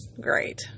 Great